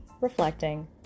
reflecting